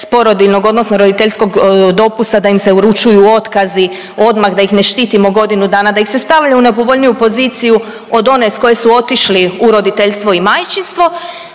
s porodiljnog odnosno roditeljskog dopusta, da im se uručuju otkazi odmah da ih ne štitimo godinu dana, da ih se stavlja u nepovoljniju poziciju od one s koje su otišli u roditeljstvo i majčinstvo,